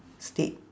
state